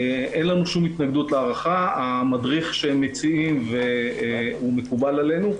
אין לנו שום התנגדות להארכה והמדריך שהם מציעים מקובל עלינו.